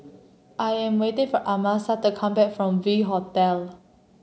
I am waiting for Amasa to come back from V Hotel